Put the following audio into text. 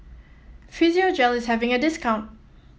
Physiogel is having a discount